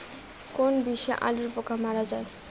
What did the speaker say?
কোন বিষে আলুর পোকা মারা যায়?